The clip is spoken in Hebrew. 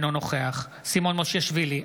אינו נוכח סימון מושיאשוילי,